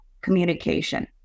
communication